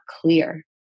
clear